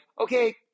Okay